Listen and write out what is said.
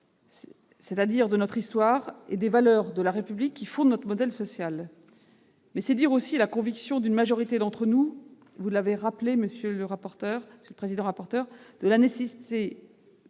C'est-à-dire de notre histoire et des valeurs de la République qui fondent notre modèle social. C'est dire aussi la conviction d'une majorité d'entre nous, vous l'avez rappelé, monsieur le président-rapporteur, de la nécessité